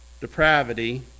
depravity